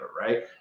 Right